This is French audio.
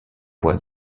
voie